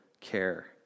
care